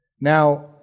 Now